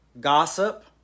Gossip